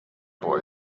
boy